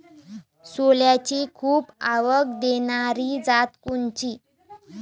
सोल्याची खूप आवक देनारी जात कोनची?